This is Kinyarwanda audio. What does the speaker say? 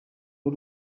w’u